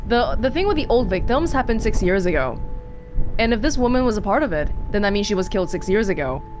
the the thing with the old victims happened six years ago and if this woman was a part of it, then that means she was killed six years ago,